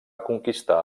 conquistar